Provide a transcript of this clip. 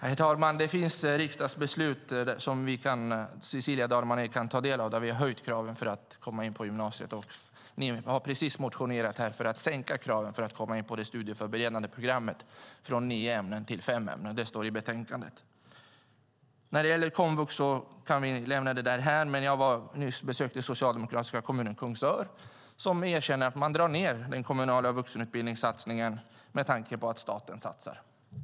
Herr talman! Det finns riksdagsbeslut som Cecilia Dalman Eek kan ta del av där vi har höjt kraven för att man ska kunna komma in på gymnasiet. Ni har precis motionerat för att man ska sänka kraven när det gäller att komma in på det studieförberedande programmet, från nio ämnen till fem ämnen. Det står i betänkandet. Komvux kan vi lämna därhän. Men jag besökte nyss den socialdemokratiska kommunen Kungsör som erkänner att man drar ned på den kommunala vuxenutbildningssatsningen med tanke på att staten satsar.